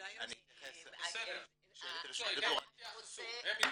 --- כשתהיה לי את רשות הדיבור אני אתייחס.